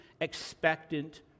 expectant